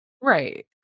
Right